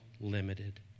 limited